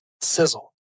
sizzle